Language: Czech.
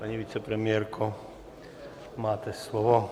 Paní vicepremiérko, máte slovo.